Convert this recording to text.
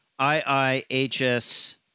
IIHS